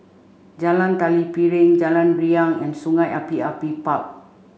Jalan Tari Piring Jalan Riang and Sungei Api Api Park